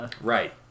Right